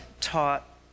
taught